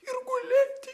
ir gulėti